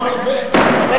זה